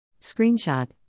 Screenshot